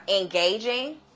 engaging